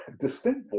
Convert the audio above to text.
distinct